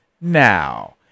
now